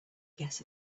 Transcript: guess